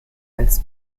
als